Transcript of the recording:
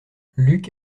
luc